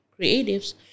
creatives